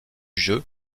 jeu